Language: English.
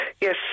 Yes